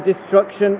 destruction